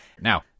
Now